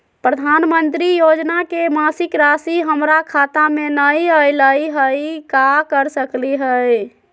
प्रधानमंत्री योजना के मासिक रासि हमरा खाता में नई आइलई हई, का कर सकली हई?